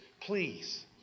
Please